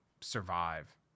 survive